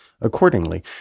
accordingly